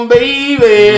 Baby